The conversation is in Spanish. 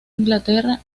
inglaterra